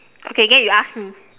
okay then you ask me